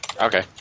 Okay